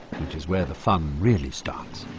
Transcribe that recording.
which is where the fun really starts.